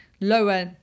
lower